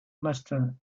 maston